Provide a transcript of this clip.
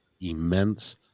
immense